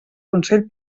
consell